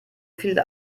viel